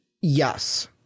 Yes